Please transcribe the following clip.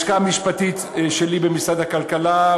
ללשכה המשפטית שלי במשרד הכלכלה,